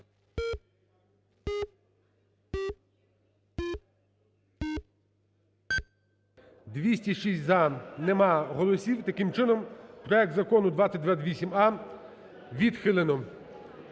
За-206 Немає голосів. Таким чином проект Закону 2028а відхилено.